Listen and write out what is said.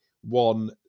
one